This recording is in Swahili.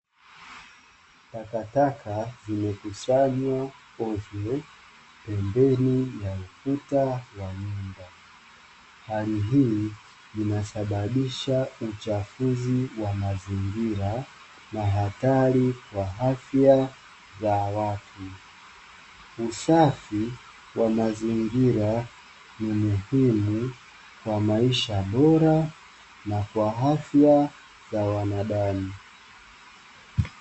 Takataka imekusanywa ovyo, pembeni ya ukuta wa nyumba. Hali hii inasababishwa uchafuzi wa mazingira na hatari kwa afya za watu. Usafi wa mazingira ni muhimu kwa maisha bora na kwa afya za wanadamu.